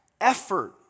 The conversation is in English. effort